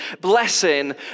blessing